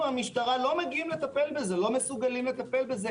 אנחנו המשטרה לא מסוגלים לטפל בזה,